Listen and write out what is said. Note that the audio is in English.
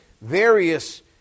various